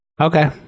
Okay